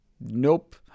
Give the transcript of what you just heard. nope